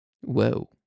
Whoa